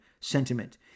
sentiment